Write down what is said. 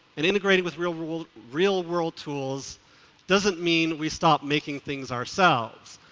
and integrating with real world real world tools doesn't mean we stop making things ourselves,